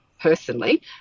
personally